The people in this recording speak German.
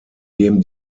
dem